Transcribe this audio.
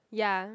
ya